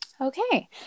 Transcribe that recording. Okay